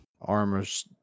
armors